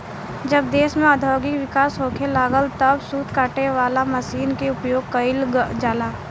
जब देश में औद्योगिक विकास होखे लागल तब सूत काटे वाला मशीन के उपयोग गईल जाला